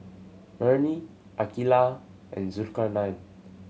Murni Aqeelah and Zulkarnain